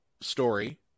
story